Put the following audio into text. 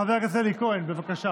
חבר הכנסת אלי כהן, בבקשה.